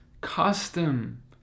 custom